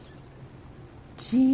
Jesus